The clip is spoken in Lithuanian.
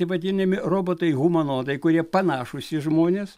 taip vadinami robotai humanodai kurie panašūs į žmones